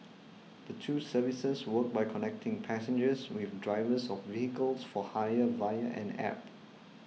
the two services work by connecting passengers with drivers of vehicles for hire via an App